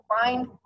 find